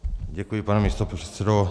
Děkuji, pane místopředsedo.